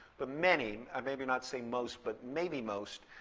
but many, i'd maybe not say most, but maybe most,